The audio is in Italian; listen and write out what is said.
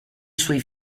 suoi